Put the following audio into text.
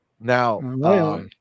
now